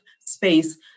space